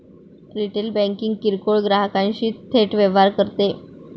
retail banking किरकोळ ग्राहकांशी थेट व्यवहार करते